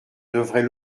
devraient